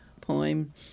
poem